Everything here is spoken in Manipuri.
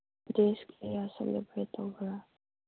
ꯗꯦꯁ ꯀꯌꯥ ꯁꯦꯂꯦꯕ꯭ꯔꯦꯠ ꯇꯧꯕ꯭ꯔꯥ